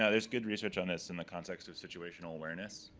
and there's good research on this in the context of situational awareness,